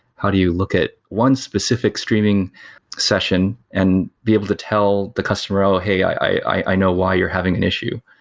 how do you look at one specific streaming session and be able to tell the customer, oh, hey. i know why you're having an issue.